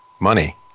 money